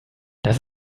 das